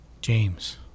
James